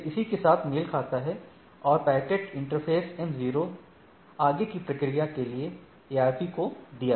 यह इसी के साथ मेल खाता है और पैकेट इंटरफ़ेसm0 आगे की प्रक्रिया के लिए ARP को दिया जाता है